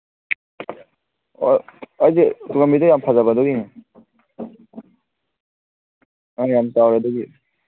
ꯑꯣ ꯍꯥꯏꯗꯤ ꯇꯨꯡꯍꯟꯕꯤꯗ ꯌꯥꯝ ꯐꯖꯕ ꯑꯗꯨꯒꯤꯅꯤ ꯑꯥ ꯌꯥꯝ ꯆꯥꯎꯔꯦ ꯑꯗꯨꯒꯤ